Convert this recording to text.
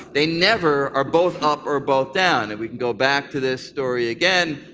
they never are both up or both down. and we can go back to this story again,